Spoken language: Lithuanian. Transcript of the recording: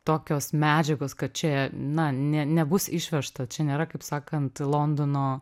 tokios medžiagos kad čia na ne nebus išvežta čia nėra kaip sakant londono